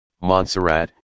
Montserrat